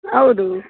ಹೌದು